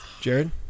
Jared